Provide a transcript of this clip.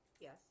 yes